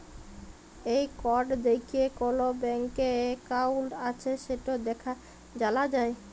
এই কড দ্যাইখে কল ব্যাংকে একাউল্ট আছে সেট জালা যায়